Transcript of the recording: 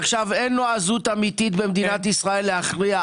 אין נועזות אמיתית במדינת ישראל להכריע,